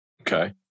Okay